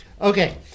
Okay